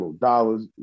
dollars